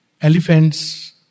elephants